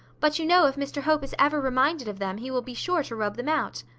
but you know if mr hope is ever reminded of them, he will be sure to rub them out.